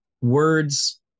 words